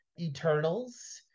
Eternals